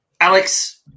Alex